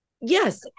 Yes